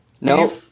No